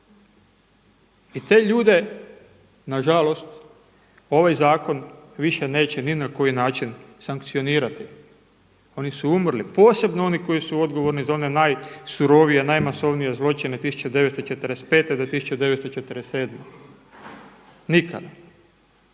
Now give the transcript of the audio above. I te ljude, nažalost, ovaj zakon više neće ni na koji način sankcionirati, oni su umrli, posebno oni koji su odgovorni za one najsurovije, najmasovnije zločine 1945. do 1947., nikada.